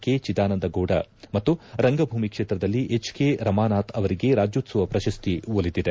K Chidanandagowda ಮತ್ತು ರಂಗಭೂಮಿ ಕ್ಷೇತ್ರದಲ್ಲಿ ಎಚ್ ಕೆ ರಮಾನಾಥ್ ಅವರಿಗೆ ರಾಜ್ಯೋತ್ಸವ ಪ್ರಶಸ್ತಿ ಒಲಿದಿದೆ